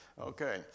Okay